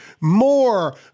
more